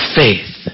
faith